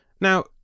Now